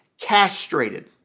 castrated